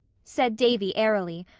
said davy airily,